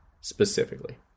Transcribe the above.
specifically